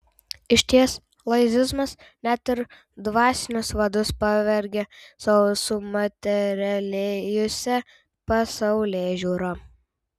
išties laicizmas net ir dvasinius vadus pavergia savo sumaterialėjusia pasaulėžiūra